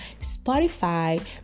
Spotify